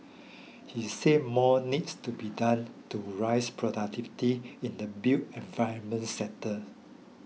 he said more needs to be done to raise productivity in the built environment sector